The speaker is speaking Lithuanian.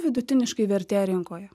vidutiniškai vertė rinkoje